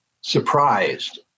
surprised